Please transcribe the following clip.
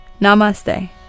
Namaste